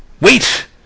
wait